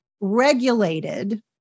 regulated